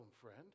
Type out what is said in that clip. friend